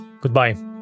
Goodbye